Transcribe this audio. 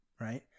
right